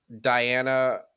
Diana